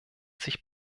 sich